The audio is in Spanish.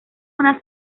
una